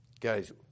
guys